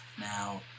Now